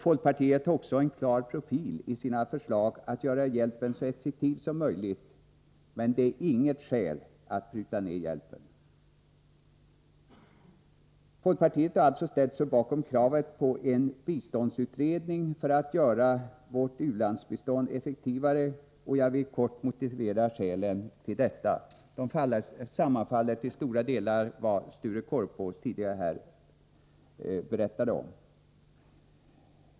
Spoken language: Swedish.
Folkpartiet har också en klar profil i sina förslag att göra hjälpen så effektiv som möjligt, men det är inget skäl att pruta ned hjälpen. Folkpartiet har alltså ställt sig bakom kravet på en biståndsutredning för att göra vårt u-landsbistånd effektivare, och jag vill kort motivera skälen till detta. De sammanfaller till stora delar med vad Sture Korpås här tidigare anfört.